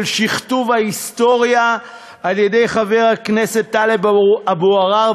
שכתוב ההיסטוריה על-ידי חבר הכנסת טלב אבו עראר,